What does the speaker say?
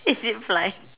if it fly